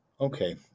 okay